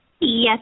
Yes